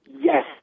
Yes